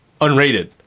unrated